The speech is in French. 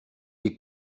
des